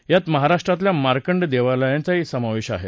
यात महाराष्ट्रातल्या मार्कंड देवालयांचा समावेश आहे